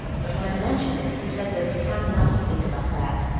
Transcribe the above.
but when i mentioned it he said there was time enough to think about that.